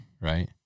Right